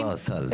בנוסף,